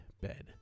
bed